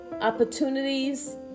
opportunities